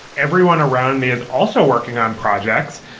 everyone around me is also working on projects.